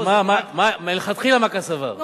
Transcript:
אבל מלכתחילה מה כאן, ?